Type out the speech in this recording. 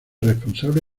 responsable